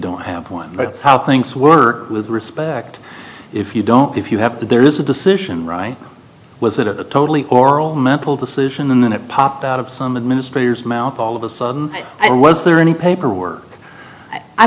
don't have one but it's how things work with respect if you don't if you have there is a decision right was it a totally oral decision and then it popped out of some administrators mouth all of a sudden and was there any paperwork i